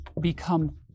become